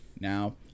Now